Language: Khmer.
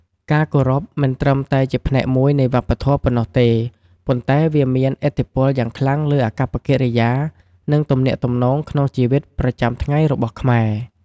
ការគោរពមិនត្រឹមតែជាផ្នែកមួយនៃវប្បធម៌ប៉ុណ្ណោះទេ ប៉ុន្តែវាមានឥទ្ធិពលយ៉ាងខ្លាំងលើអាកប្បកិរិយា និងទំនាក់ទំនងក្នុងជីវិតប្រចាំថ្ងៃរបស់ខ្មែរ។